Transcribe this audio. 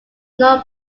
non